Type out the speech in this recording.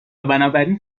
بنابراین